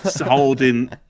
holding